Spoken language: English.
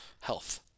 health